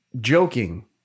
joking